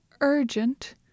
urgent